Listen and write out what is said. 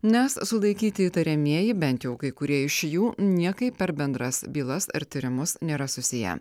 nes sulaikyti įtariamieji bent jau kai kurie iš jų niekaip per bendras bylas ar tyrimus nėra susiję